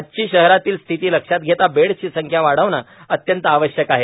आजची शहरातील स्थिती लक्षात घेता बेड्सची संख्या वाढविणे अत्यंत आवश्यक आहे